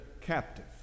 captive